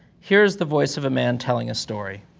here is the voice of a man telling a story.